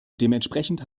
dementsprechend